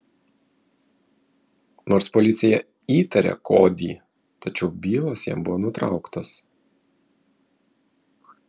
nors policija įtarė kodį tačiau bylos jam buvo nutrauktos